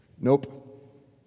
nope